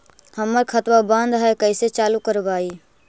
हमर खतवा बंद है कैसे चालु करवाई?